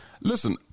Listen